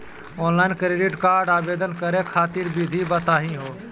Online credit card आवेदन करे खातिर विधि बताही हो?